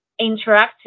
interactive